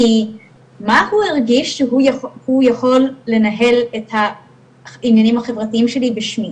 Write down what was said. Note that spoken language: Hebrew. כי מה הוא הרגיש שהוא יכול לנהל את העניינים החברתיים שלי בשמי,